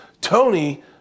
Tony